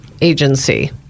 agency